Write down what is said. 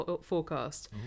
forecast